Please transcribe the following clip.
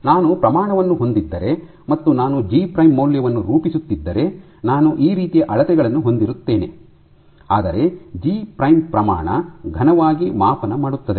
ನಾನು ಪ್ರಮಾಣವನ್ನು ಹೊಂದಿದ್ದರೆ ಮತ್ತು ನಾನು ಜಿ ಪ್ರೈಮ್ ಮೌಲ್ಯವನ್ನು ರೂಪಿಸುತ್ತಿದ್ದರೆ ನಾನು ಈ ರೀತಿಯ ಅಳತೆಗಳನ್ನು ಹೊಂದಿರುತ್ತೇನೆ ಆದರೆ ಜಿ ಪ್ರೈಮ್ ಪ್ರಮಾಣ ಘನವಾಗಿ ಮಾಪನ ಮಾಡುತ್ತದೆ